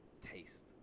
taste